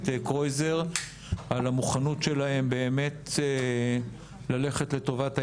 קרויזר על המוכנות שלהם ללכת לטובת העניין.